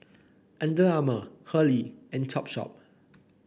Under Armour Hurley and Topshop